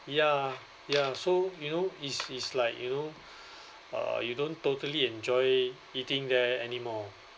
ya ya so you know is is like you know uh you don't totally enjoy eating there anymore